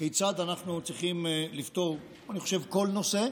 כיצד אנחנו צריכים לפתור כל נושא,